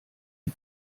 die